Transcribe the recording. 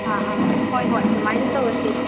ꯑꯥ ꯍꯣꯏ ꯍꯣꯏ ꯑꯗꯨꯃꯥꯏꯅ ꯇꯧꯔꯁꯦ ꯑꯗꯨꯗꯤ